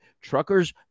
truckers